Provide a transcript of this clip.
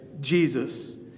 Jesus